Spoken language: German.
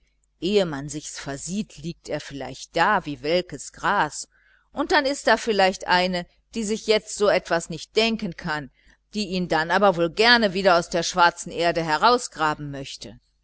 ehe man sichs versieht liegt er vielleicht da wie welkes gras und dann ist da vielleicht eine die sich jetzt so etwas nicht denken kann die ihn dann aber wohl gerne wieder aus der schwarzen erde herausgraben möchte